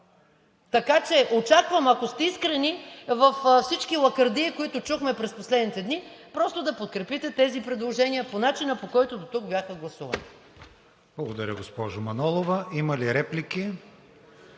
Така че очаквам, ако сте искрени във всички лакардии, които чухме през последните дни, просто да подкрепите тези предложения по начина, по който дотук бяха гласувани. ПРЕДСЕДАТЕЛ КРИСТИАН ВИГЕНИН: Благодаря, госпожо Манолова. Има ли реплики?